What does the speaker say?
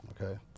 okay